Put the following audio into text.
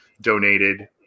donated